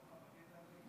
אדוני סגן השר,